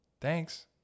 thanks